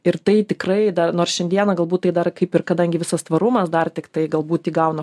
ir tai tikrai da nors šiandieną galbūt tai dar kaip ir kadangi visas tvarumas dar tiktai galbūt įgauna